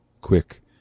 Quick